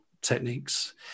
techniques